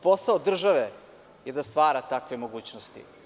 Posao države je da stvara takve mogućnosti.